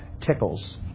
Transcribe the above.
tickles